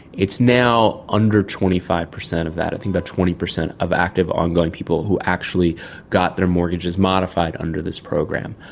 now under twenty five percent of that, i think about twenty percent of active ongoing people who actually got their mortgages modified under this program.